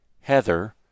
Heather